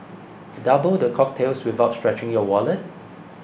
double the cocktails without stretching your wallet